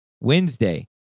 Wednesday